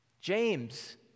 James